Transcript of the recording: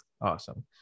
Awesome